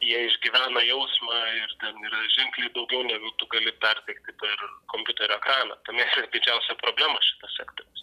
jie išgyvena jausmą ir ten yra ženkliai daugiau negu tu gali perteikti per kompiuterio ekraną tame ir didžiausia problema šito sektoriaus